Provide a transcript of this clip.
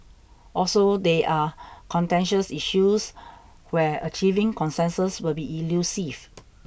also they are contentious issues where achieving consensus will be elusive